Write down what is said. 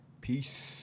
Peace